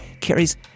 carries